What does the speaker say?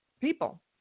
people